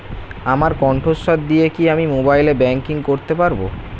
আমার কন্ঠস্বর দিয়ে কি আমি মোবাইলে ব্যাংকিং করতে পারবো?